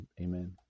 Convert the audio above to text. Amen